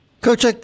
Coach